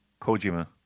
Kojima